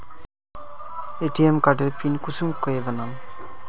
ATM कार्डेर pin कुंसम के बनाम?